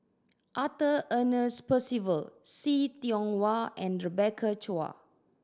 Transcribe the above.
Arthur Ernest Percival See Tiong Wah and Rebecca Chua